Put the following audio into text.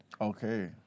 Okay